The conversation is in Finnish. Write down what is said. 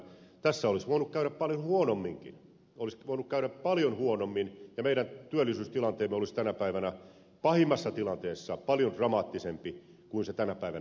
tässä olisi voinut käydä paljon huonomminkin olisi voinut käydä paljon huonommin ja meidän työllisyystilanteemme olisi tänä päivänä pahimmassa tilanteessa paljon dramaattisempi kuin se tänä päivänä on